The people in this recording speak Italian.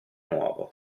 nuovo